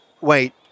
wait